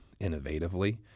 innovatively